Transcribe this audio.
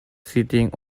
sitting